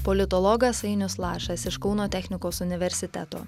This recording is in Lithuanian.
politologas ainius lašas iš kauno technikos universiteto